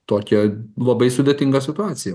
tokia labai sudėtinga situacija